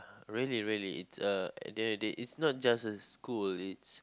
really really it's a they they it's not just a school it's